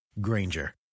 granger